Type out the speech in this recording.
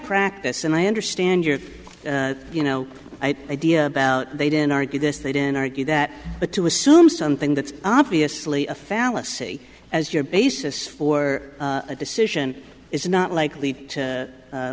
practice and i understand your you know idea about they didn't argue this they didn't argue that but to assume something that's obviously a fallacy as your basis for a decision is not likely to